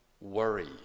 worry